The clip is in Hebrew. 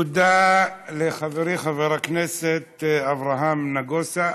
תודה לחברי חבר הכנסת אברהם נגוסה.